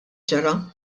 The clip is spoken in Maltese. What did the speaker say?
ġara